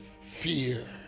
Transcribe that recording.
fear